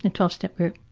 and twelve step group